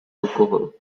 alcohol